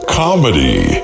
comedy